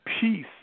peace